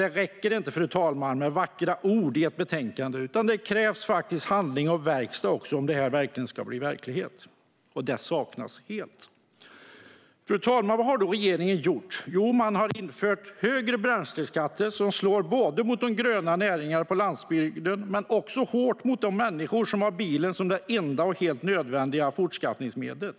Det räcker inte med vackra ord i ett betänkande, fru talman, utan det krävs handling och verkstad också om det ska bli verklighet. Det saknas helt. Fru talman! Vad har då regeringen gjort? Jo, den har infört högre bränsleskatter som slår både mot de gröna näringarna på landsbygden men också hårt mot de människor som har bilen som det enda och helt nödvändiga fortskaffningsmedlet.